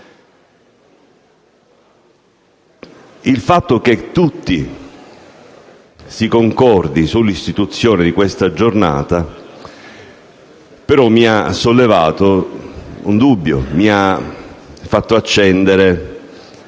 Il fatto che tutti siano concordi sull'istituzione di questa giornata, mi ha però sollevato un dubbio e mi ha fatto accendere